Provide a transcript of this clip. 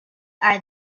are